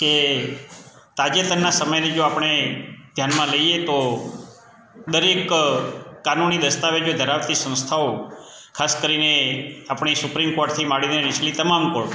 કે તાજેતરના સમયની જો આપણે ધ્યાનમાં લઈએ તો દરેક કાનુની દસ્તાવેજો ધરાવતી સંસ્થાઓ ખાસ કરીને આપણી સુપ્રીમ કોર્ટથી માંડીને નીચલી તમામ કોર્ટ